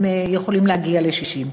הם יכולים להגיע ל-60.